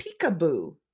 Peekaboo